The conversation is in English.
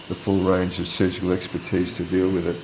full range of surgical expertise to deal with it.